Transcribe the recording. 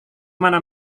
mana